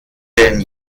denn